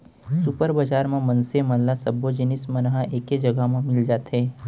super बजार म मनसे मन ल सब्बो जिनिस मन ह एके जघा म मिल जाथे